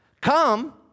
Come